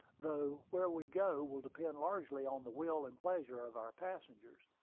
though where we go will depend largely on the will and pleasure of our passengers.